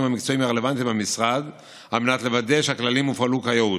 המקצועיים והרלוונטיים במשרד על מנת לוודא שהכללים הופעלו כיאות.